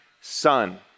son